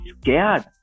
scared